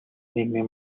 нийгмийн